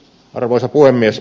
arvoisa puhemies